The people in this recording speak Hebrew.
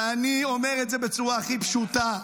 ואני אומר את זה בצורה הכי פשוטה: